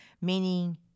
meaning